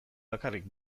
bakarrik